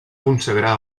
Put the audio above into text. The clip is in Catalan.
consagrar